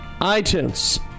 iTunes